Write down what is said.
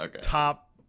top